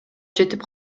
жетип